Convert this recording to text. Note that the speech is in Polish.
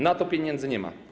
Na to pieniędzy nie ma.